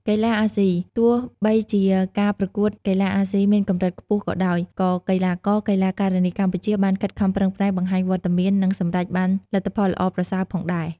កីឡាអាស៊ី Asian Games ទោះបីជាការប្រកួតកីឡាអាស៊ីមានកម្រិតខ្ពស់ក៏ដោយ ក៏កីឡាករ-កីឡាការិនីកម្ពុជាបានខិតខំប្រឹងប្រែងបង្ហាញវត្តមាន និងសម្រេចបានលទ្ធផលល្អប្រសើរផងដែរ។